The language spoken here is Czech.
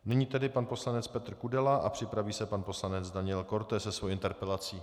Nyní tedy pan poslanec Petr Kudela a připraví se pan poslanec Daniel Korte se svou interpelací.